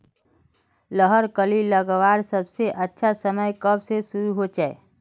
लहर कली लगवार सबसे अच्छा समय कब से शुरू होचए?